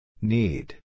Need